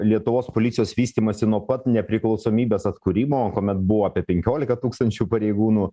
lietuvos policijos vystymąsi nuo pat nepriklausomybės atkūrimo kuomet buvo apie penkiolika tūkstančių pareigūnų